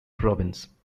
province